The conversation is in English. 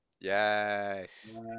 Yes